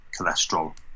cholesterol